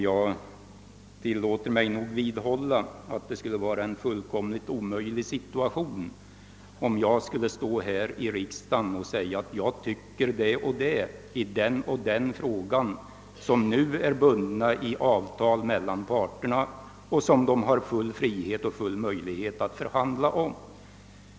Jag tillåter mig att vidhålla att det skulle uppstå en fullkomligt omöjlig situation om jag skulle stå här i riksdagen och säga att jag tycker det och det i den och den frågan som nu är reglerad genom avtal mellan parterna och som de har full frihet och möjlighet att förhandla om.